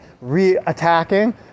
re-attacking